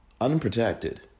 Unprotected